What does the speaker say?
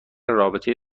رابطه